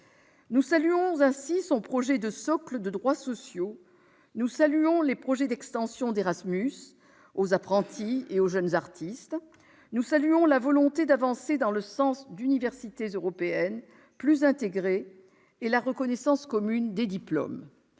Nous saluons ainsi son projet de « socle de droits sociaux ». Nous saluons les projets d'extension d'Erasmus aux apprentis et aux jeunes artistes. Nous saluons la volonté d'avancer dans le sens d'universités européennes plus intégrées et la reconnaissance commune des diplômes.